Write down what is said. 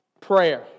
Prayer